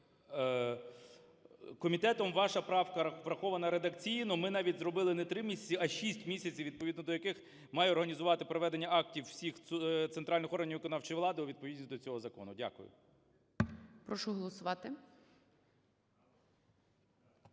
Комітетом ваша правка врахована редакційно. Ми навіть зробили не 3 місяці, а 6 місяців, відповідно до яких мають організувати проведення актів всіх центральних органів виконавчої влади у відповідність до цього закону. Дякую.